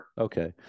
Okay